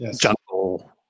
jungle